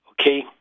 Okay